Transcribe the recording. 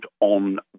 on